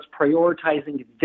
prioritizing